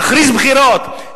תכריז על בחירות.